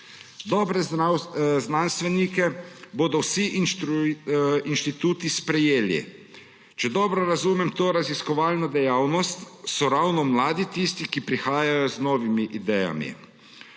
Dobre znanstvenike bodo vsi inštituti sprejeli. Če dobro razumem to raziskovalno dejavnost, so ravno mladi tisti, ki prihajajo z novimi idejami.